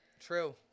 true